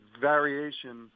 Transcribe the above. variation